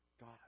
God